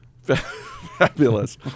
Fabulous